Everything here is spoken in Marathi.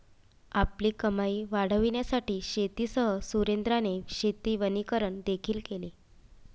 आपली कमाई वाढविण्यासाठी शेतीसह सुरेंद्राने शेती वनीकरण देखील केले